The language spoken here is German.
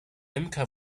imker